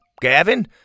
Gavin